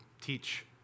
teach